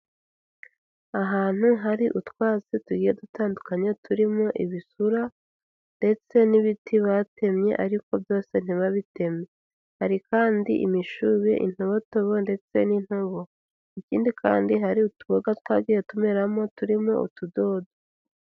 Ahantu hari utwatsi tugiye dutandukanye turimo ibisura ndetse n'ibiti batemye ariko byose ntibabiteme. Hari kandi imishubi, intobotobo ndetse n'intabo. Ikindi kandi hari utuboga twagiye tumeramo turimo utudodo.